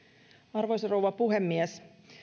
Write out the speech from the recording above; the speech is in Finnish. arvoisa rouva puhemies